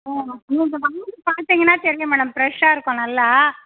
ஆ நீங்கள் வந்து பார்த்திங்கன்னா தெரியும் மேடம் ஃப்ரெஷ்ஷாக இருக்கும் நல்லா